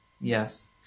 Yes